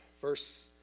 Verse